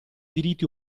diritti